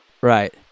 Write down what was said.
right